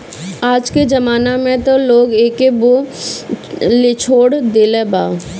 आजके जमाना में त लोग एके बोअ लेछोड़ देले बा